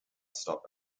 stop